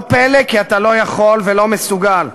לא פלא, כי אתה לא יכול ולא מסוגל.